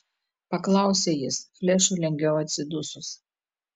paklausė jis flešui lengviau atsidusus